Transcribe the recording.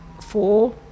four